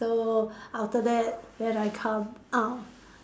so after that then I come out